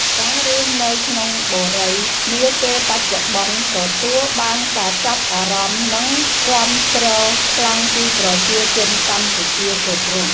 ការរស់នៅក្នុងបុរីនាពេលបច្ចុប្បន្នទទួលបានការចាប់អារម្មណ៍និងគាំទ្រខ្លាំងពីប្រជាជនកម្ពុជាគ្រប់រូប។